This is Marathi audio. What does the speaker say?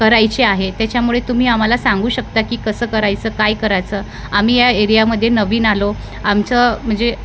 करायचे आहे त्याच्यामुळे तुम्ही आम्हाला सांगू शकता की कसं करायचं काय करायचं आम्ही या एरियामध्ये नवीन आलो आमचं म्हणजे